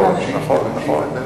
נכון, נכון, נכון.